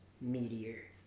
Meteor